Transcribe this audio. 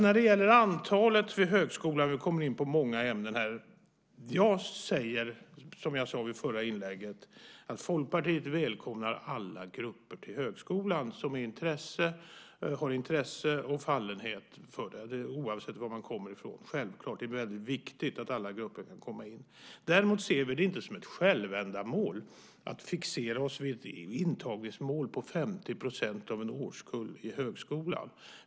När det gäller antalet elever i högskolan - vi kommer in på många ämnen här - säger jag som jag sade i förra inlägget: Folkpartiet välkomnar alla grupper till högskolan som har intresse och fallenhet, oavsett var man kommer ifrån - självklart! Det är väldigt viktigt att alla grupper kan komma in. Däremot ser vi det inte som ett självändamål att fixera oss vid ett intagningsmål på 50 % av en årskull i högskolan.